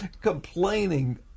complaining